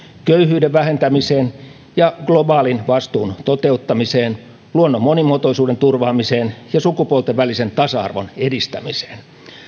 köyhyyden vähentämiseen ja globaalin vastuun toteuttamiseen luonnon monimuotoisuuden turvaamiseen ja sukupuolten välisen tasa arvon edistämiseen